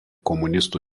komunistų